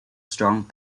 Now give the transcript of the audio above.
strong